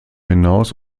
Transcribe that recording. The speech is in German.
hinaus